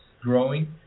growing